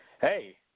Hey